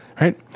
right